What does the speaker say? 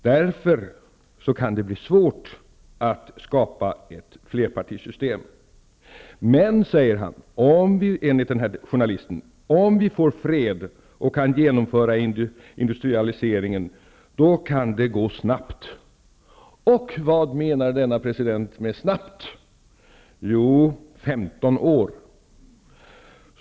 Därför kan det bli svårt att skapa ett flerpartisystem. Men, säger han enligt den här journalisten, om vi får fred och kan genomföra industraliseringen, då kan det gå snabbt. Och vad menar denna president med snabbt? Jo, femton år.